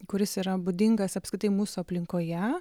kuris yra būdingas apskritai mūsų aplinkoje